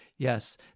Yes